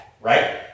right